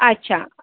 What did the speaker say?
अच्छा